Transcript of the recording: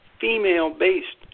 female-based